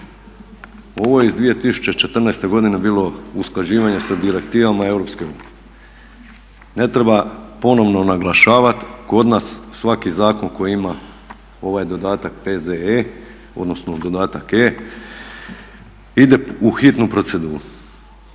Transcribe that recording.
Ovo je iz 2014. godine bilo usklađivanje sa direktivama Europske unije. Ne treba ponovno naglašavat, kod nas svaki zakon koji ima ovaj dodatak P.Z.E. odnosno dodatak E ide u hitnu proceduru